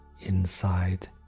inside